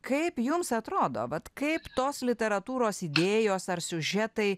kaip jums atrodo vat kaip tos literatūros idėjos ar siužetai